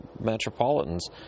Metropolitans